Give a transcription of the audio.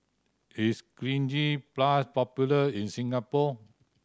is Cleanz Plus popular in Singapore